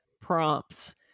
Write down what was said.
prompts